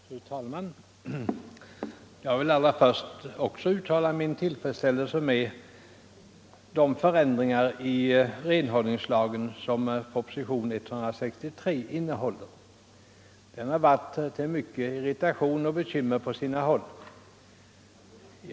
Fru talman! Jag vill allra först uttala min tillfredsställelse med de förändringar i renhållningslagen som propositionen 163 innebär. Denna lag har nämligen varit till mycken irritation och mycket bekymmer på sina håll.